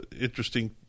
interesting